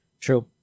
true